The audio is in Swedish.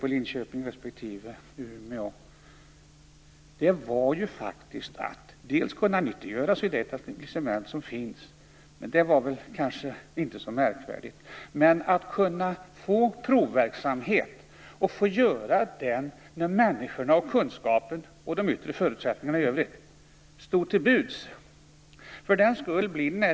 Poängen i det här sammanhanget var ju att man skulle kunna dra nytta av det etablissemang som finns - men det kanske inte var så märkvärdigt - och att man skulle kunna få provverksamhet vid en tidpunkt då människor, kunskaper och yttre förutsättningar i övrigt stod till buds.